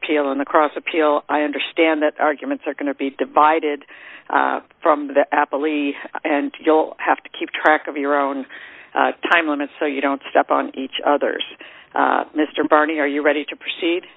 on the cross appeal i understand that arguments are going to be divided from the apple e and you'll have to keep track of your own time limits so you don't step on each other's mr barney are you ready to proceed